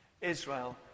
Israel